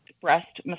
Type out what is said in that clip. breast